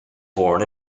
born